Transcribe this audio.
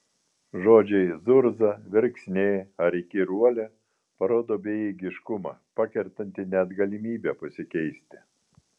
žodžiai zurza verksnė ar įkyruolė parodo bejėgiškumą pakertantį net galimybę pasikeisti